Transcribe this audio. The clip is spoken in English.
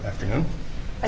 after him i